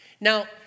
Now